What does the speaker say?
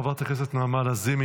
חברת הכנסת נעמה לזימי,